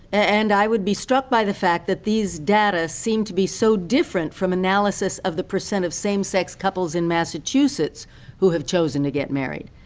and i would be struck by the fact that those data seem to be so different from analyses of the percent of same-sex couples in massachusetts who have chosen to get married.